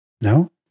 no